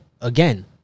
again